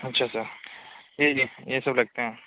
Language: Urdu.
اچھا سر جی جی یہ سب لگتے ہیں